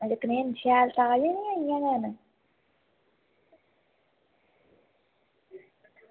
ते कनेह न शैल ताज़े न जां इंया गै न